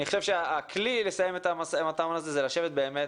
אני חושב שהכלי לסיים את המשא-ומתן הזה זה לשבת באמת,